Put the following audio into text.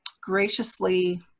graciously